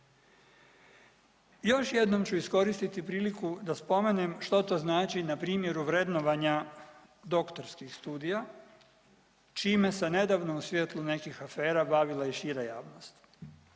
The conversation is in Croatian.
Još jednom ću iskoristiti priliku da spomenem što to znači na primjeru vrednovanja doktorskih studija, čime se nedavno u svjetlu nečijih afera bavila i šira javnost